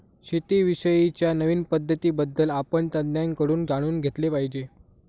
शेती विषयी च्या नवीन पद्धतीं बद्दल आपण तज्ञांकडून जाणून घेतले पाहिजे